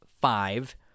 five